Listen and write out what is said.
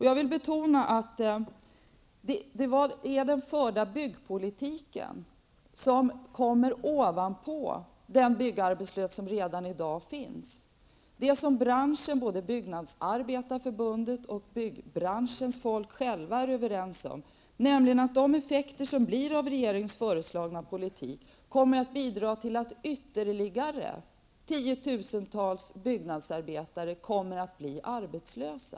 Jag vill betona att den förda byggpolitiken kommer ovanpå den byggarbetslöshet som redan i dag finns. Både Byggnadsarbetareförbundet och byggbranschens folk är överens om att effekterna som regeringens föreslagna politik kommer att bidra till att ytterligare tiotusentals byggnadsarbetare kommer att bli arbetslösa.